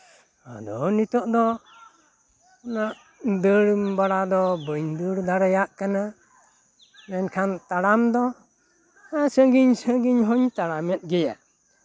ᱟᱫᱚ ᱱᱤᱛᱚᱜ ᱫᱚ ᱫᱟᱹᱲ ᱵᱟᱲᱟ ᱫᱚ ᱵᱟᱹᱧ ᱫᱟᱹᱲ ᱵᱟᱲᱟ ᱫᱟᱲᱮᱭᱟᱜ ᱠᱟᱱᱟ ᱢᱮᱱᱠᱷᱟᱱ ᱛᱟᱲᱟᱢ ᱫᱚ ᱥᱟ ᱜᱤᱧ ᱥᱟ ᱜᱤᱧ ᱦᱚᱧ ᱛᱟᱲᱟᱢᱮᱜ ᱜᱮᱭᱟ